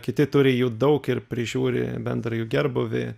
kiti turi jų daug ir prižiūri bendrą jų gerbūvį